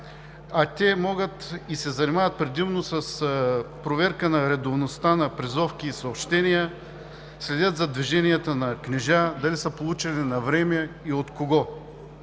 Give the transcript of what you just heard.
а те могат и се занимават предимно с проверка редовността на призовки и съобщения, следят за движението на книжа – дали са получени навреме и от кого.